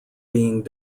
being